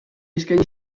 eskaini